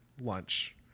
lunch